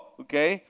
okay